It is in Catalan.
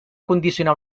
condicionar